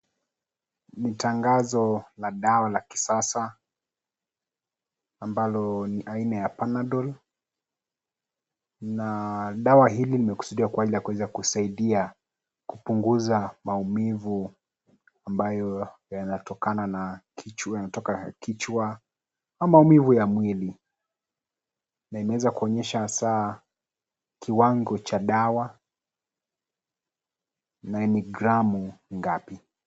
Ni tangazo la dawa la kisasa ambalo ni aina ya panadol . Na dawa hili limekusudiwa kwa hali ya kuweza kusaidia kupunguza maumivu ambayo yanatokana na kichwa yanatoka kichwa na maumivu ya mwili na inaeza kuonyesha hasaa kiwango cha dawa na ni gramu ngapi .